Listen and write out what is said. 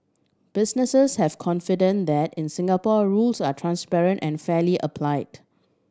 businesses have confidence that in Singapore rules are transparent and fairly applied